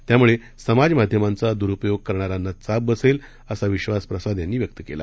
त्यामुळे समाज माध्यमांचा द्रुपयोग करणाऱ्यांना चाप बसेल असा विश्वास प्रसाद यांनी व्यक्त केला